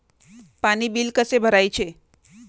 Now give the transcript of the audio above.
पाणी बिल कसे भरायचे?